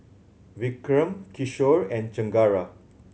Vikram Kishore and Chengara